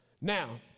Now